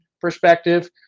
perspective